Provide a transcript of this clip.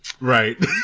right